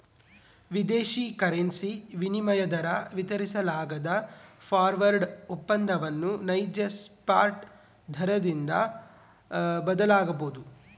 ವಿದೇಶಿ ಕರೆನ್ಸಿ ವಿನಿಮಯ ದರ ವಿತರಿಸಲಾಗದ ಫಾರ್ವರ್ಡ್ ಒಪ್ಪಂದವನ್ನು ನೈಜ ಸ್ಪಾಟ್ ದರದಿಂದ ಬದಲಾಗಬೊದು